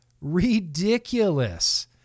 Ridiculous